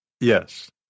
Yes